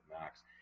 Max